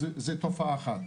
אז זו תופעה אחת.